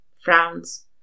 Frowns